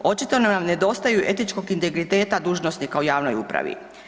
Očito nam nedostaje etičkog integriteta dužnosnika u javnoj upravi.